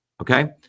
Okay